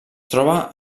troba